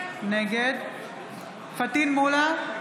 נגד פטין מולא,